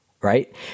right